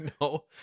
No